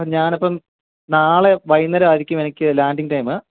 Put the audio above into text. അപ്പം ഞാനപ്പം നാളെ വൈകുന്നേരമായിരിക്കും എനിക്ക് ലാന്റിങ്ങ് ടൈമ്